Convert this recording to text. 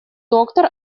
доктор